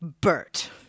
Bert